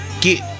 get